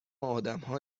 آدمها